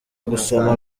gusoma